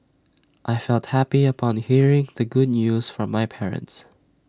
I felt happy upon hearing the good news from my parents